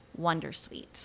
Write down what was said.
wondersuite